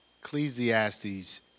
Ecclesiastes